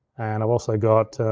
and i've also got